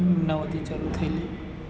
અમદાવાદથી ચાલુ થએલી